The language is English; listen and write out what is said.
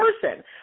person